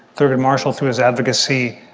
thurgood marshall through his advocacy.